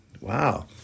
Wow